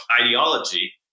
ideology